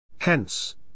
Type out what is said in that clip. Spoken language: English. Hence